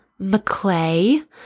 McClay